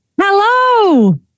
Hello